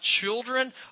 children